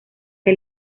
que